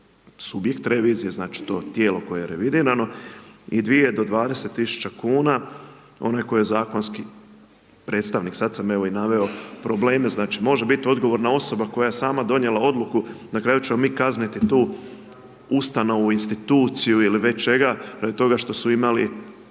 subjekt revizije znači to tijelo koje je revidirano i 2-20 tisuća kuna onaj koji je zakonski predstavnik. Sada sam evo i naveo probleme znači, može biti odgovorna osoba koja je sama donijela odluku, na kraju ćemo mi kazniti tu ustanovu instituciju ili već čega, radi toga što su imali